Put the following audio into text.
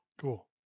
Cool